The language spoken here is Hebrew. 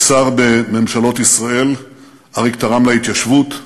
כשר בממשלות ישראל אריק תרם להתיישבות,